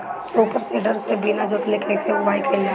Super seeder से बीना जोतले कईसे बुआई कयिल जाला?